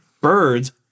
Birds